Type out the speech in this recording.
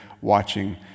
watching